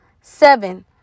Seven